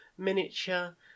miniature